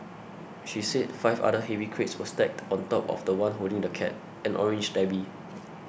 she said five other heavy crates were stacked on top of the one holding the cat an orange tabby